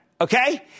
Okay